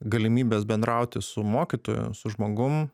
galimybės bendrauti su mokytoju su žmogum